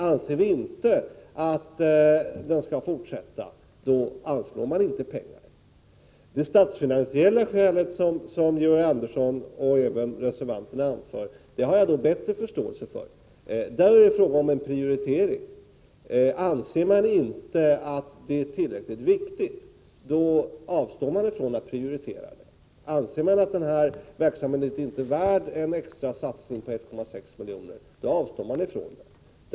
Anser vi inte att den skall fortsätta, då anslår vi inte pengarna. Det statsfinansiella skälet, som Georg Andersson och reservanterna anför, har jag bättre förståelse för. Där är det fråga om en prioritering. Anser man inte att verksamheten är tillräckligt viktig, då avstår man från att prioritera den. Anser man att verksamheten inte är värd en extra satsning på 1,6 milj.kr., då avstår man från att anslå pengar.